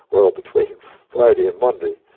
well, between friday and monday,